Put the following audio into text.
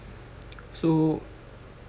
so